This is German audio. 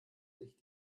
sich